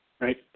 right